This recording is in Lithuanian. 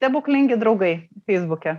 stebuklingi draugai feisbuke